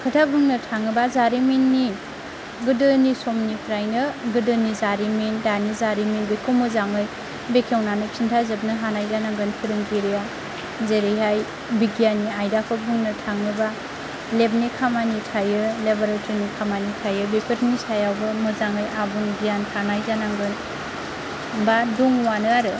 खोथा बुंनो थाङोब्ला जारिमिननि गोदोनि समनिफ्रायनो गोदोनि जारिमिन दानि जारिमिन बेखौ मोजाङै बेखेवनानै खिन्थाजोबनो हानाय जानांगोन फोरोंगिरिया जेरैहाय बिगियाननि आयदाखौ बुंनो थाङोब्ला लेबनि खामानि थायो लेबरेटरिनि खामानि थायो बेफोरनि सायावबो मोजाङै आबुं गियान थानाय जानांगोन बा दङआनो आरो